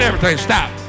Stop